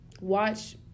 watch